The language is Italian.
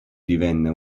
divenne